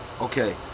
Okay